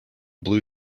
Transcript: blue